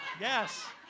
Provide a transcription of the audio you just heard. Yes